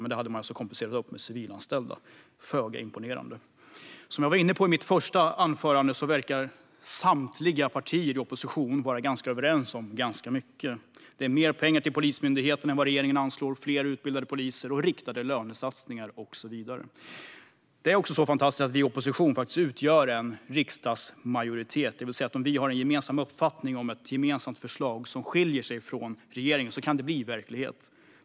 Men man hade alltså kompenserat med fler civilanställda. Det var föga imponerande. Som jag var inne på i mitt första anförande verkar samtliga partier i opposition vara ganska överens om ganska mycket. Det är mer pengar till Polismyndigheten än vad regeringen anslår, fler utbildade poliser, riktade lönesatsningar och så vidare. Det är också så fantastiskt att vi i opposition faktiskt utgör en riksdagsmajoritet. Det innebär att om vi har en gemensam uppfattning och ett gemensamt förslag som skiljer sig från regeringens kan förslaget bli verklighet.